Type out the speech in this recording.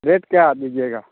rate क्या दीजिएगा